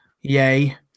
yay